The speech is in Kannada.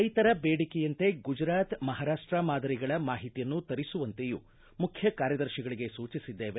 ರೈತರ ಬೇಡಿಕೆಯಂತೆ ಗುಜರಾತ್ ಮಹಾರಾಷ್ಟ ಮಾದರಿಗಳ ಮಾಹಿತಿಯನ್ನು ತರಿಸುವಂತೆಯೂ ಮುಖ್ಯ ಕಾರ್ಯದರ್ಶಿಗಳಿಗೆ ಸೂಚಿಸಿದ್ದೇವೆ